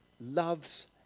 loves